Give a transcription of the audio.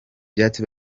byatsi